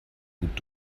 gut